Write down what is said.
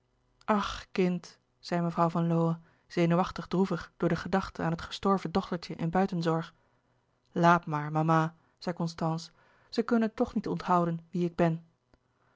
ach kind zei mevrouw van lowe zenuwachtig droevig door de gedachte aan het gestorven dochtertje in buitenzorg laat maar mama zei constance ze kunnen het toch niet onthouden wie ik ben